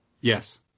Yes